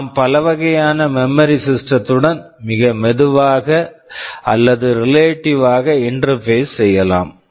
நாம் பல வகையான மெமரி memory சிஸ்டம் system -துடன் மிக மெதுவாக அல்லது ரிலேட்டிவ் relative வாக இன்டெர்பேஸ் interface செய்யலாம்